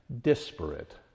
disparate